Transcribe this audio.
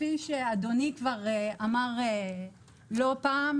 כפי שאדוני כבר אמר לא פעם.